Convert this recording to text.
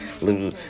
little